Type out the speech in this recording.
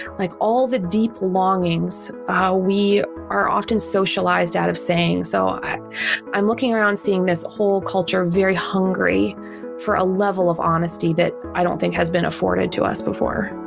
like, all the deep longings how we are often socialized out of saying so i'm looking around seeing this whole culture very hungry for a level of honesty that i don't think has been afforded to us before